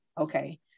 okay